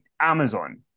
Amazon